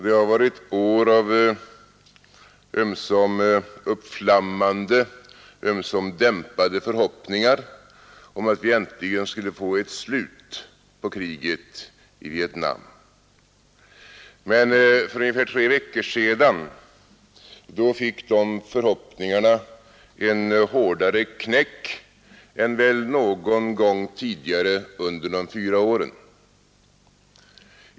Det har varit år av ömsom uppflammande, ömsom dämpade förhoppningar om att vi äntligen skulle få ett slut på kriget i Vietnam. Men för ungefär tre veckor sedan fick de förhoppningarna en hårdare knäck än väl någon gång tidigare under de fyra åren.